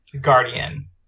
guardian